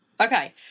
Okay